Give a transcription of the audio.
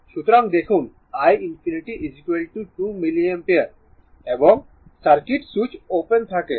সুতরাং দেখুন i ∞ 2 ampere এবং সার্কিট সুইচ ওপেন থাকে